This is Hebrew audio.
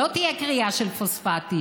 לא תהיה כרייה של פוספטים,